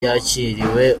yakiriwe